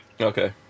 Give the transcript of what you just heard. Okay